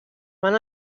van